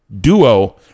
duo